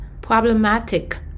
problematic